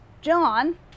John